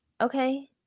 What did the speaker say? Okay